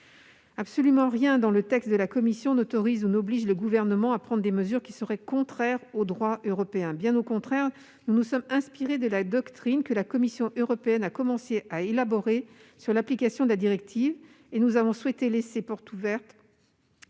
Absolument rien dans le texte de la commission n'autorise ou n'oblige le Gouvernement à prendre des mesures qui iraient à l'encontre du droit européen. Bien au contraire, nous nous sommes inspirés de la doctrine que la Commission européenne a commencé à élaborer sur l'application de la directive, et nous avons souhaité laisser ouvertes